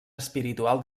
espiritual